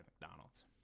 mcdonald's